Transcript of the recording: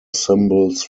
symbols